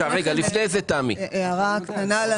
לפני כן, היועצת המשפטית לוועדה.